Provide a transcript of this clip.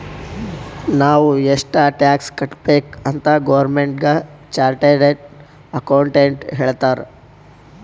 ನಾವ್ ಎಷ್ಟ ಟ್ಯಾಕ್ಸ್ ಕಟ್ಬೇಕ್ ಅಂತ್ ಗೌರ್ಮೆಂಟ್ಗ ಚಾರ್ಟೆಡ್ ಅಕೌಂಟೆಂಟ್ ಹೇಳ್ತಾರ್